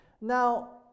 Now